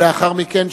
ולאחר מכן,